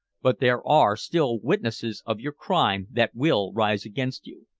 but there are still witnesses of your crime that will rise against you.